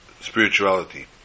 spirituality